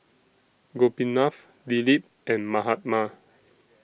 Gopinath Dilip and Mahatma